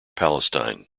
palestine